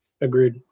Agreed